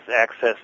access